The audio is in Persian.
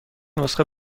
نسخه